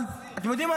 אבל אתם יודעים מה?